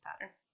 pattern